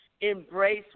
embrace